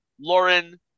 Lauren